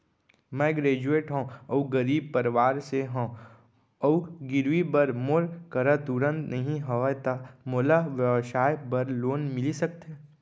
मैं ग्रेजुएट हव अऊ गरीब परवार से हव अऊ गिरवी बर मोर करा तुरंत नहीं हवय त मोला व्यवसाय बर लोन मिलिस सकथे?